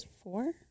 Four